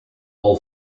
all